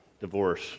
divorce